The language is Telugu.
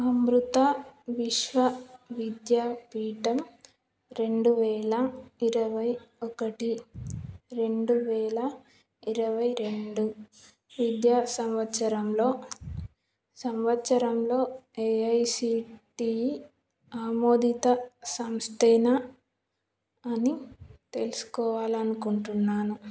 అమృతా విశ్వ విద్యాపీఠం రెండువేల ఇరవై ఒకటి రెండువేల ఇరవై రెండు విద్యా సంవత్సరంలో సంవత్సరంలో ఏఐసీటీ ఆమోదిత సంస్థేనా అని తెలుసుకోవాలి అనుకుంటున్నాను